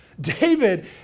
David